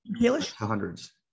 hundreds